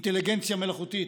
אינטליגנציה מלאכותית,